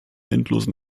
endlosen